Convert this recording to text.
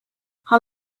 how